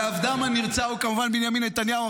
ועבדם הנרצע הוא כמובן בנימין נתניהו.